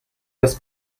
des